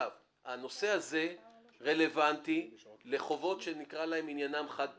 הנושא הזה רלוונטי לחובות שנקרא להם עניינם חד פעמי,